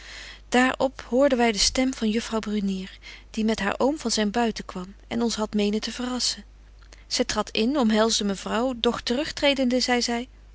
op hoorden wy de stem van juffrouw brunier die met haar oom van zyn buiten kwam en ons hadt menen te verrasschen zy tradt in omhelsde mevrouw doch te rug tredende zei zy